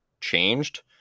changed